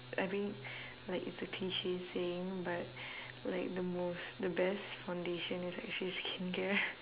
I mean like it's a cliche saying but like the most the best foundation is actually skincare